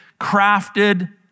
crafted